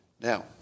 Now